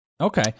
okay